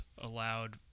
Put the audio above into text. allowed